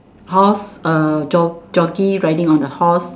horse uh jock jockey riding on the horse